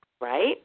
right